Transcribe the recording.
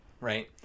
right